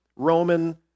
Roman